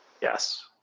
Yes